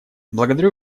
благодарю